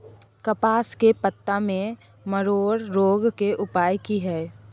कपास के पत्ता में मरोड़ रोग के उपाय की हय?